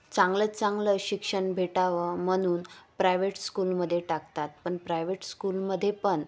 चांगल्यात चांगलं शिक्षण भेटावं म्हणून प्रायव्हेट स्कूलमध्ये टाकतात पण प्रायव्हेट स्कूलमध्ये पण